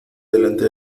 delante